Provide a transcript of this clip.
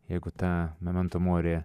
jeigu tą memento more